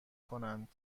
کنند